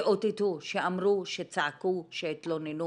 שאותתו, שאמרו, שצעקו, שהתלוננו,